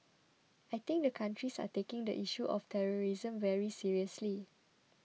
I think the countries are taking the issue of terrorism very seriously